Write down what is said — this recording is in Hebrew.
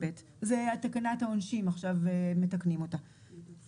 עכשיו מתקנים את תקנת העונשין.